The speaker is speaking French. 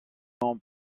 les